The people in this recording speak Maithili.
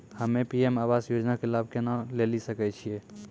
हम्मे पी.एम आवास योजना के लाभ केना लेली सकै छियै?